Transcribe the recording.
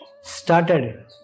started